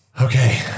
Okay